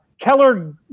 Keller